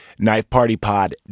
knifepartypod